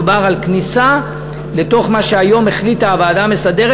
מדובר על כניסה לתוך מה שהיום החליטה הוועדה המסדרת,